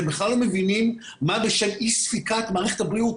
אתם בכלל לא מבינים מה בשל אי ספיקת מערכת הבריאות,